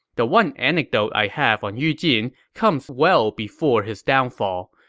the one anecdote i have on yu jin comes well before his downfall.